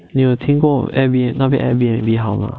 你有没有听过那边的 Airbnb 好吗